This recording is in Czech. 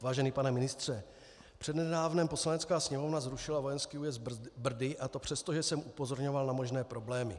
Vážený pane ministře, přednedávnem Poslanecká sněmovna zrušila vojenský újezd Brdy, a to přesto, že jsem upozorňoval na možné problémy.